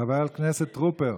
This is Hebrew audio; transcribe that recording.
חבר הכנסת חילי טרופר,